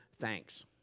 thanks